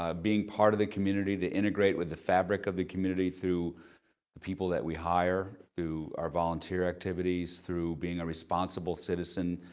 um being part of the community, to integrate with the fabric of the community through the people that we hire, through our volunteer activities, through being a responsible citizen,